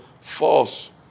false